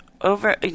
over